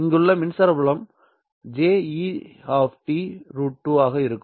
இங்குள்ள மின்சார புலம் J E¿ √2 ஆக இருக்கும்